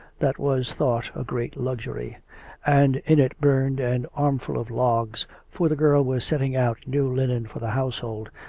that was thought a great luxury and in it burned an arm ful of logs, for the girl was setting out new linen for the household,